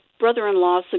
Brother-in-law